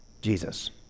Jesus